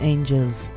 Angels